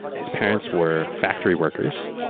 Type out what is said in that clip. his parents were factory workers.